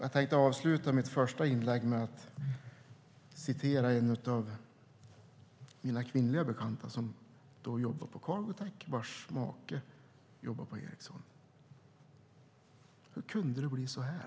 Jag avslutar mitt första inlägg med att citera en kvinnlig bekant som jobbar på Cargotec och vars make jobbar på Ericsson: Hur kunde det bli så här?